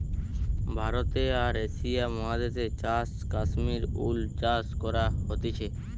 ভারতে আর এশিয়া মহাদেশে চাষ কাশ্মীর উল চাষ করা হতিছে